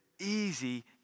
easy